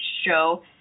show